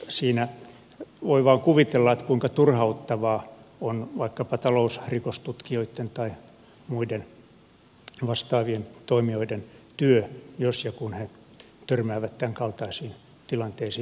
siinä voi vain kuvitella kuinka turhauttavaa on vaikkapa talousrikostutkijoitten tai muiden vastaavien toimijoiden työ jos ja kun he törmäävät tämänkaltaisiin tilanteisiin